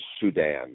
Sudan